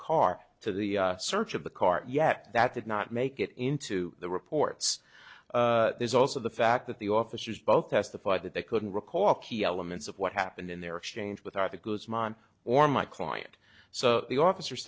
car to the search of the car yet that did not make it into the reports there's also the fact that the officers both testified that they couldn't recall key elements what happened in their exchange with article is mine or my client so the officers